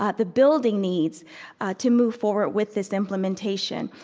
ah the building needs to move forward with this implementation.